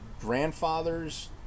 grandfathers